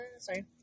Sorry